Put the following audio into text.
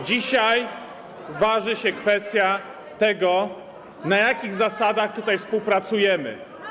Dzisiaj waży się kwestia tego, na jakich zasadach tutaj współpracujemy.